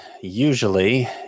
usually